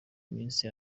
minsi